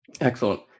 Excellent